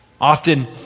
often